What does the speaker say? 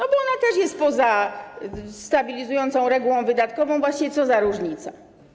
Ona też jest poza stabilizującą regułą wydatkową, to właściwie co za różnica?